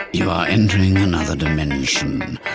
you are entering another dimension,